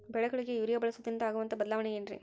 ಬೆಳೆಗಳಿಗೆ ಯೂರಿಯಾ ಬಳಸುವುದರಿಂದ ಆಗುವಂತಹ ಬದಲಾವಣೆ ಏನ್ರಿ?